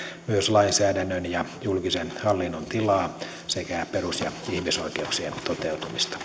myös lainsäädännön ja julkisen hallinnon tilaa sekä perus ja ihmisoikeuksien toteutumista